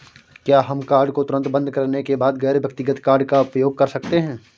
क्या हम कार्ड को तुरंत बंद करने के बाद गैर व्यक्तिगत कार्ड का उपयोग कर सकते हैं?